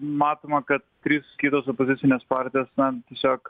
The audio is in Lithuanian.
numatoma kad trys kitos opozicinės partijos na tiesiog